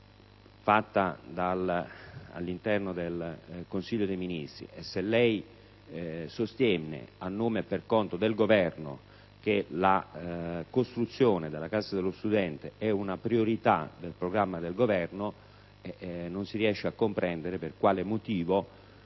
adottata all'interno del Consiglio dei ministri, ed il Sottosegretario sostiene, a nome e per conto del Governo, che la costruzione della Casa dello studente è una priorità nel programma del Governo, non si riesce a comprendere per quale motivo